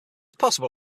possible